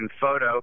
photo